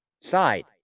side